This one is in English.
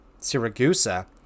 Siragusa